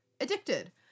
addicted